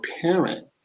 parent